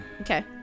Okay